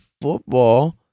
football